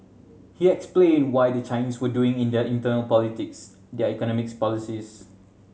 he explained why the Chinese were doing in their internal politics their economic policies